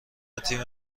تیم